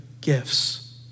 gifts